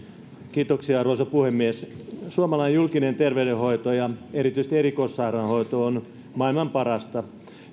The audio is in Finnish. arvoisa puhemies suomalainen julkinen terveydenhoito ja erityisesti erikoissairaanhoito on maailman parasta